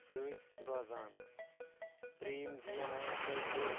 سۭتۍ روزان ترٛیٚیِم گیم ونہو تۄہہِ بہٕ